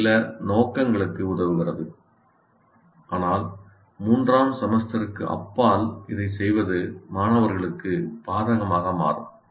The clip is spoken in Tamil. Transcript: இது சில நோக்கங்களுக்கு உதவுகிறது ஆனால் மூன்றாம் செமஸ்டருக்கு அப்பால் இதைச் செய்வது மாணவர்களுக்கு பாதகமாக மாறும்